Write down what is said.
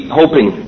hoping